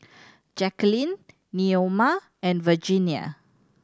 Jacquelynn Neoma and Virginia